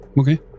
Okay